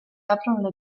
aprono